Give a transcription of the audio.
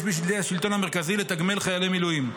בידי השלטון המרכזי לתגמל חיילי מילואים.